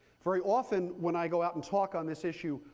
very often when i go out and talk on this issue,